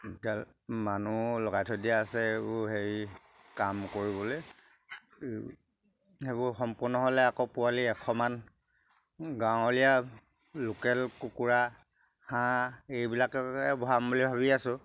এতিয়া মানুহ লগাই থৈ দিয়া আছে এইবোৰ হেৰি কাম কৰিবলৈ এই সেইবোৰ সম্পূৰ্ণ হ'লে আকৌ পোৱালি এশমান গাঁৱলীয়া লোকেল কুকুৰা হাঁহ এইবিলাককে ভৰাম বুলি ভাবি আছোঁ